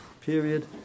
period